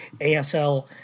ASL